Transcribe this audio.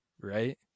right